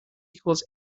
equals